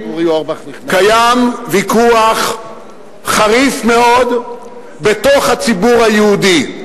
קיים ויכוח חריף מאוד בתוך הציבור היהודי.